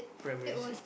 primary six